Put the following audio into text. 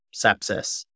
sepsis